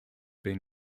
been